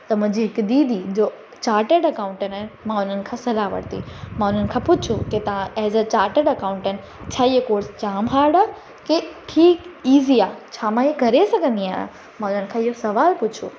त मुंहिंजी हिकु दीदी जो चार्टेड अकाउंटेंट आहे मां उन्हनि खां सलाह वरिती मां उन्हनि खां पुछियो की तव्हां एस अ चाटटेड अकाउंटेंट छा इहे कॉर्स जामु हाड आहे की ठीकु इज़ी आहे छा मां इहे करे सघंदी आहियां मां उन्हनि खां इहो सुवालु पुछियो